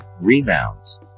rebounds